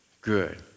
good